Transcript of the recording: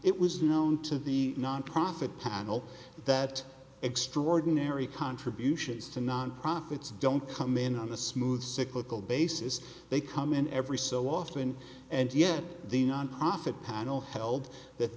it was known to the nonprofit panel that extraordinary contributions to nonprofits don't come in on a smooth cyclical basis they come in every so often and yet the nonprofit panel held that